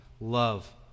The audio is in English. love